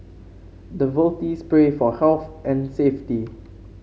devotees pray for health and safety